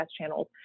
channels